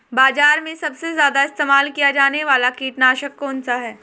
बाज़ार में सबसे ज़्यादा इस्तेमाल किया जाने वाला कीटनाशक कौनसा है?